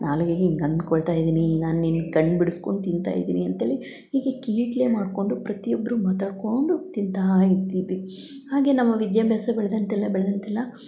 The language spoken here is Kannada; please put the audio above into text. ನಾಲ್ಗೆಗೆ ಹಿಂಗೆ ಅಂದುಕೊಳ್ತ ಇದ್ದೀನಿ ನಾನು ನಿನ್ಗೆ ಕಣ್ಣು ಬಿಡ್ಸ್ಕೊಂಡು ತಿನ್ತಾ ಇದ್ದೀನಿ ಅಂತೇಳಿ ಹೀಗೆ ಕೀಟಲೆ ಮಾಡಿಕೊಂಡು ಪ್ರತಿಯೊಬ್ಬರು ಮಾತಾಡಿಕೊಂಡು ತಿನ್ತಾ ಇದ್ದೀವಿ ಹಾಗೆ ನಮ್ಮ ವಿದ್ಯಾಭ್ಯಾಸ ಬೆಳೆದಂತೆಲ್ಲ ಬೆಳೆದಂತೆಲ್ಲ